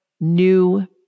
new